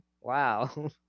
Wow